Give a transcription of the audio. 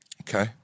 Okay